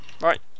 Right